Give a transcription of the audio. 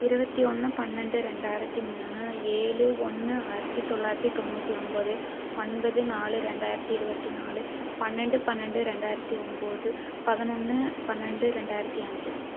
இருபத்தி ஒன்று பன்னெண்டு ரெண்டாயிரத்து மூணு ஏழு ஒன்று ஆயிரத்து தொள்ளாயிரத்து தொண்ணுற்றி ஒம்பது ஒன்பது நாலு ரெண்டாயிரத்து இருபத்தி நாலு பன்னெண்டு பன்னெண்டு ரெண்டாயிரத்து ஒம்பது பதனொன்னு பன்னெண்டு ரெண்டாயிரத்து அஞ்சு